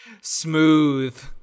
smooth